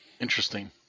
Interesting